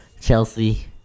Chelsea